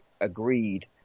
agreed